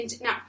Now